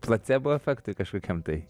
placebo efektui kažkokiam tai